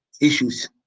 issues